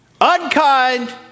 unkind